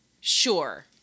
Sure